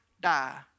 die